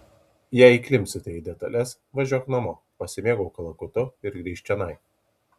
jei įklimpsime į detales važiuok namo pasimėgauk kalakutu ir grįžk čionai